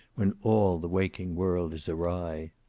when all the waking world is awry.